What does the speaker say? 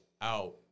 out